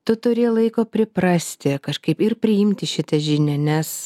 tu turi laiko priprasti kažkaip ir priimti šitą žinią nes